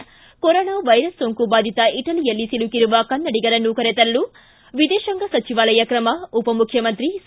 ಿ corona virus ಸೋಂಕು ಬಾಧಿತ ಇಟಲಿಯಲ್ಲಿ ಸಿಲುಕಿರುವ ಕನ್ನಡಿಗರನ್ನು ಕರೆತರಲು ವಿದೇಶಾಂಗ ಸಚಿವಾಲಯ ಕ್ರಮ ಉಪಮುಖ್ಯಮಂತ್ರಿ ಸಿ